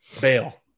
bail